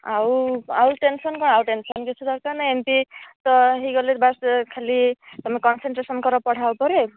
ଆଉ ଆଉ ଟେନସନ କ'ଣ ଟେନସନ କିଛି ଦରକାରନି ଏମିତି ତ ହୋଇଗଲେ ବାସ ଖାଲି ତମେ କନସେନଟ୍ରେସନ କର ପଢ଼ା ଉପରେ